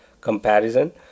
comparison